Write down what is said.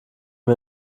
wir